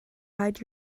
hide